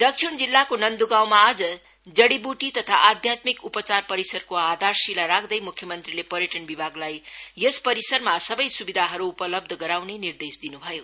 दक्षिण जिल्लाको नन्द्गाउँमा आज जडीबुटी तथा आध्यात्मिक उपचार परिसरको आधारशीला राख्दै मुख्यमन्त्रीले पर्यटन विभागलाई यस परिसरमा सबै सुविधाहरू उपलब्ध गराउने निर्देश दिनु भयो